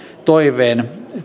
toiveen